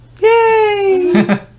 Yay